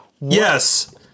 yes